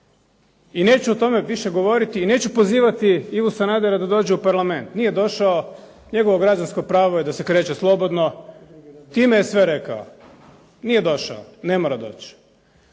I neću o tome više govoriti i neću pozivati Ivu Sanadera da dođe u parlament. Nije došao, njegovo građansko pravo je da se kreće slobodno. Time je sve rekao. Nije došao. Ne mora doći.